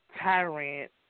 tyrant